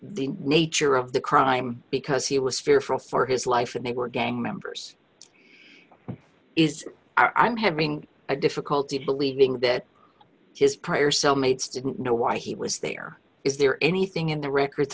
the nature of the crime because he was fearful for his life and they were gang members i'm having a difficulty believing that his prior cell mates didn't know why he was there is there anything in the records